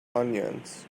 onions